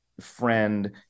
friend